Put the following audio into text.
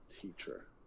teacher